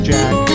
Jack